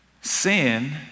sin